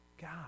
God